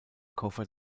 koffer